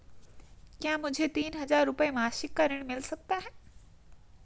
क्या मुझे तीन हज़ार रूपये मासिक का ऋण मिल सकता है?